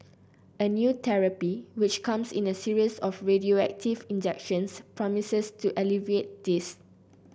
a new therapy which comes in a series of radioactive injections promises to alleviate this